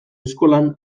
eskolan